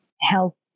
help